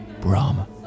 Brahma